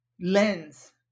lens